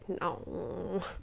no